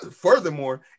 furthermore